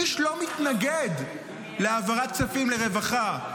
איש לא מתנגד להעברת כספים לרווחה,